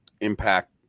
impact